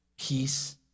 peace